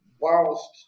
whilst